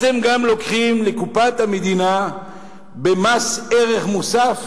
אתם גם לוקחים לקופת המדינה במס ערך מוסף,